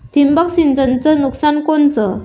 ठिबक सिंचनचं नुकसान कोनचं?